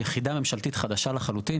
יחידה ממשלתית חדשה לחלוטין,